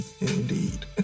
indeed